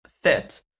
fit